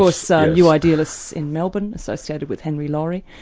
course so new idealists in melbourne associated with henry laurie,